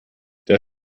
der